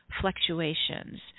fluctuations